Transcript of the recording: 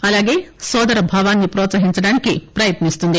అలాగే నొదరభావాన్ని ప్రోత్సహించడానికి ప్రయత్ని స్తుంది